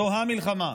זו המלחמה.